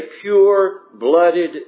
pure-blooded